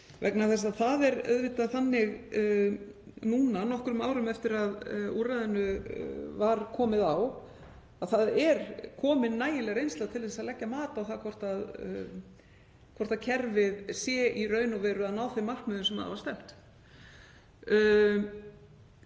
vegna þess að það er auðvitað þannig núna, nokkrum árum eftir að úrræðinu var komið á, að það er komin nægileg reynsla til að leggja mat á það hvort kerfið sé í raun og veru að ná þeim markmiðum sem að var stefnt.